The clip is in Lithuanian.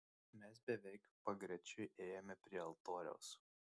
mes beveik pagrečiui ėjome prie altoriaus